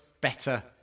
better